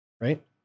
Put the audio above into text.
Right